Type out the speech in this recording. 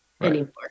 anymore